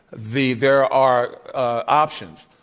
the there are ah options.